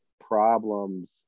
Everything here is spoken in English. problems